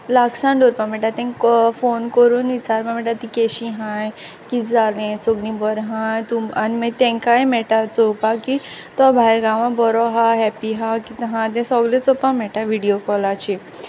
लागसाण दोवोरपा मेटा तेंक फोन कोरून इंचारपा मेट्टा तीं केशीं हाय कीत जालें सोगलीं बोर आहांय आनी मागी तेंकांय मेटा चोवपा की तो भायल गांवां बोरो हा हेप्पी हा कीत आहां तें सोगळें चोवपा मेटा व्हिडियो कॉलाचेर